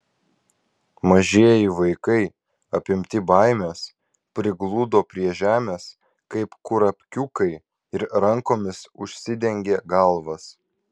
mažieji vaikai apimti baimės prigludo prie žemės kaip kurapkiukai ir rankomis užsidengė galvas